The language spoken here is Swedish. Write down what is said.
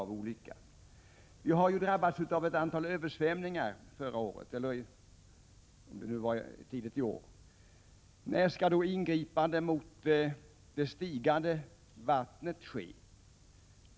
Vi drabbades av ett antal översvämningar förra året eller om det var tidigt i år. När skall ingripandet mot det stigande vattnet ske?